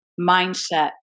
mindset